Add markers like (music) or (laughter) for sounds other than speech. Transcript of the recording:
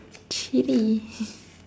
chile (laughs)